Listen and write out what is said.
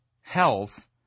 health